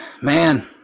man